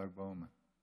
בל"ג בעומר,